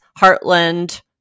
Heartland